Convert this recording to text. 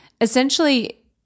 essentially